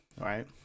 right